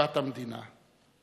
לחוקת המדינה.